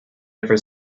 ever